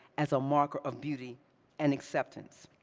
as a marker of beauty and acceptance.